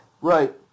Right